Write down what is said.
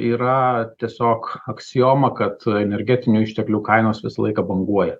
yra tiesiog aksioma kad energetinių išteklių kainos visą laiką banguoja